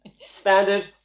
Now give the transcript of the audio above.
standard